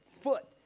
foot